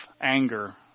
anger